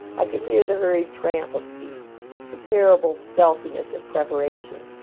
i can hear the hurried tramp of feet the terrible stealthiness of preparation.